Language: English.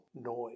noise